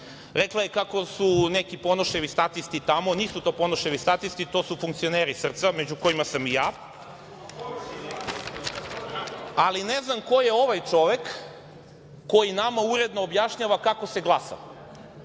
rekla je kako su neki Ponoševi statisti tamo. Nisu to Ponoševi statisti, to su funkcioneri SRCA, među kojima sam i ja, ali ne znam ko je ovaj čovek, koji nama uredno objašnjava kako se glasa.